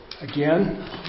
again